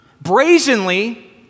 brazenly